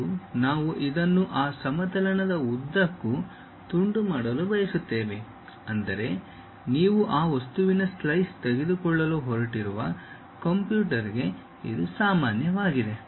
ಮತ್ತು ನಾವು ಇದನ್ನು ಆ ಸಮತಲದ ಉದ್ದಕ್ಕೂ ತುಂಡು ಮಾಡಲು ಬಯಸುತ್ತೇವೆ ಅಂದರೆ ನೀವು ಆ ವಸ್ತುವಿನ ಸ್ಲೈಸ್ ತೆಗೆದುಕೊಳ್ಳಲು ಹೊರಟಿರುವ ಕಂಪ್ಯೂಟರ್ಗೆ ಸಾಮಾನ್ಯವಾಗಿದೆ